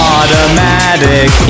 Automatic